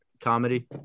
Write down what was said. comedy